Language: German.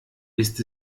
ist